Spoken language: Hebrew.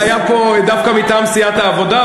חבר הכנסת פינס היה פה דווקא מטעם סיעת העבודה,